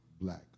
black